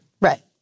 Right